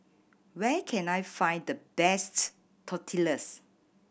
where can I find the best Tortillas